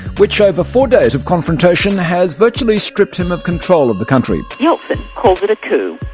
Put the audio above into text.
which over four days of confrontation has virtually stripped him of control of the country. yeltsin calls it a coup.